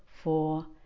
four